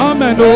Amen